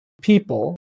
people